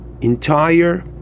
entire